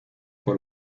por